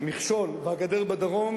המכשול והגדר בדרום,